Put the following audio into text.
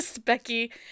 Becky